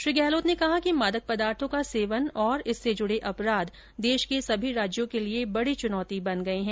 श्री गहलोत ने कहा कि मादक पदार्थों का सेवन और इससे जुड़े अपराध देश के सभी राज्यों के लिए बड़ी चुनौती बन गए हैं